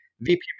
VP